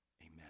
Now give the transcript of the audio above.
amen